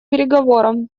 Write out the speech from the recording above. переговорам